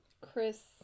Chris